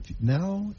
now